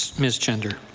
ms. chender.